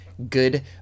good